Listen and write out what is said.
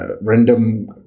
random